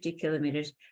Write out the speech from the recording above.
kilometers